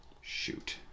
shoot